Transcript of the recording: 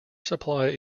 supply